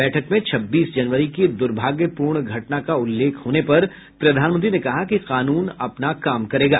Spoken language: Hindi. बैठक में छब्बीस जनवरी की दुर्भाग्यपूर्ण घटना का उल्लेख होने पर प्रधानमंत्री ने कहा कि कानून अपना काम करेगा